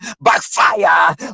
backfire